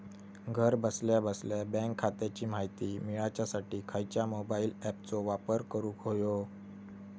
घरा बसल्या बसल्या बँक खात्याची माहिती मिळाच्यासाठी खायच्या मोबाईल ॲपाचो वापर करूक होयो?